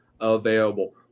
available